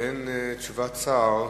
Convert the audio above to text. באין תשובת שר,